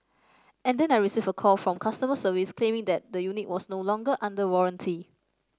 and then I received a call from customer service claiming that the unit was no longer under warranty